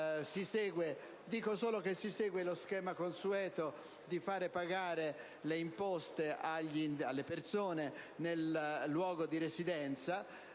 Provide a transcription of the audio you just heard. solo che si segue lo schema consueto di far pagare le imposte alle persone nel luogo di residenza